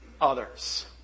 others